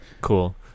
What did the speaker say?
Cool